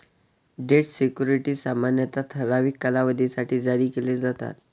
date securities सामान्यतः ठराविक कालावधीसाठी जारी केले जातात